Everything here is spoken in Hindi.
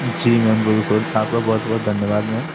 जी मैम बिल्कुल आपका बुहत बहुत धन्यवाद मैम